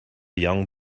young